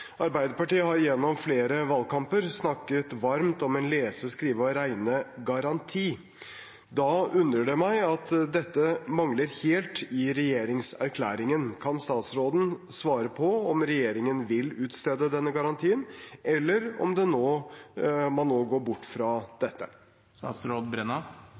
Arbeiderpartiet har gjennom flere valgkamper snakket varmt om en lese-, skrive- og regnegaranti. Da undrer det meg at dette mangler helt i regjeringserklæringen. Kan statsråden svare på om regjeringen vil utstede denne garantien, eller om en nå går bort fra